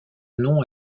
nom